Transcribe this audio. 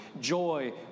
joy